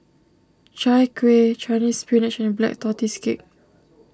Chai Kueh Chinese Spinach and Black Tortoise Cake